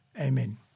Amen